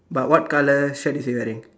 but what colour shirt is he wearing